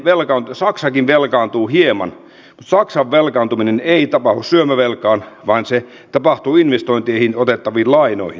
saksakin velkaantuu hieman mutta saksan velkaantuminen ei tapahdu syömävelkaan vaan investointeihin otettaviin lainoihin